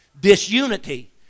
disunity